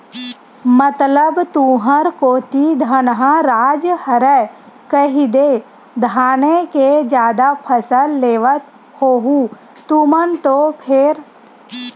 मतलब तुंहर कोती धनहा राज हरय कहिदे धाने के जादा फसल लेवत होहू तुमन तो फेर?